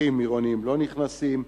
ופקחים עירוניים לא נכנסים,